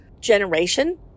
generation